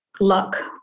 luck